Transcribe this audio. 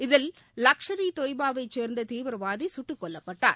இதில் லஷ்கர் ஈ தொய்பா வைச் சேர்ந்ததீவிரவாதிசுட்டுக் கொல்லப்பட்டார்